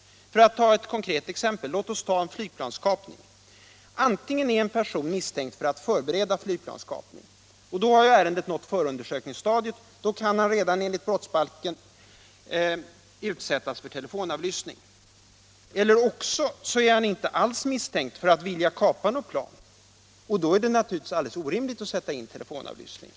Låt oss ta ett konkret exempel, en flygplanskapning. Antingen är en person misstänkt för att förbereda flygplanskapning. Då har ärendet nått förundersökningsstadiet, och då kan han redan enligt brottsbalken utsättas för telefonavlyssning. Eller också är han inte alls misstänkt för att vilja kapa något plan, och då är det naturligtvis alldeles orimligt att sätta in telefonavlyssning.